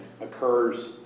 occurs